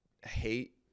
hate